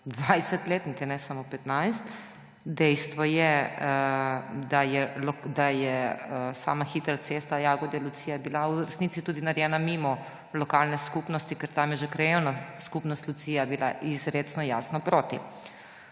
20 let, niti ne samo 15. Dejstvo je, da je hitra cesta Jagodje–Lucija bila v resnici tudi narejena mimo lokalne skupnosti, ker tam je bila že krajevna skupnost Lucija izrecno jasno proti.